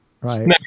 right